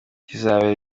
kizabera